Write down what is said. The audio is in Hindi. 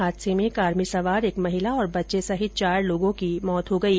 हादसे में कार में सवार एक महिला और बच्चे सहित चार लोगों की मौत हो गयी